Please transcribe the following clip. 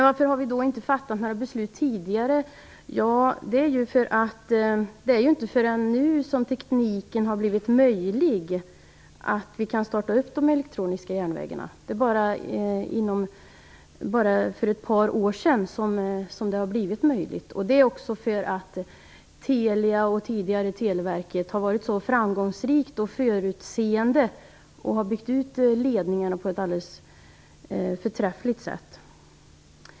Varför har vi inte fattat några beslut tidigare? Det beror på att det inte är förrän nu som tekniken har blivit möjlig, så att vi kan starta upp de elektroniska järnvägarna. Detta blev möjligt först för ett par sedan. Detta beror på att Telia, tidigare Televerket, har varit så framgångsrikt och förutseende och har byggt ut ledningarna på ett alldeles förträffligt sätt.